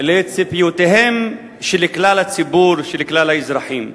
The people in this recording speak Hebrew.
לציפיותיהם של כלל הציבור, של כלל האזרחים.